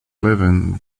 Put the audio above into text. living